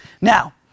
Now